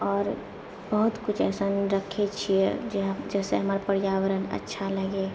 आओर बहुत कुछ एसन रखैत छियै जे जाहिसँ हमर पर्यावरण अच्छा लगे